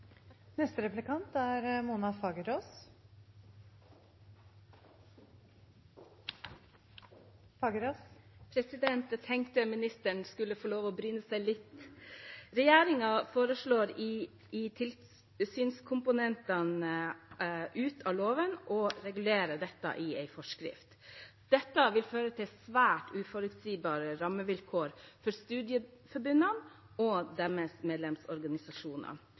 det nå. Jeg tenkte ministeren skulle få lov til å bryne seg litt. Regjeringen foreslår å ta tilsynskomponentene ut av loven og å regulere dette i en forskrift. Dette vil føre til svært uforutsigbare rammevilkår for studieforbundene og deres medlemsorganisasjoner.